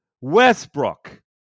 Westbrook